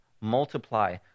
multiply